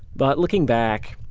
but looking back,